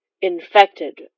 infected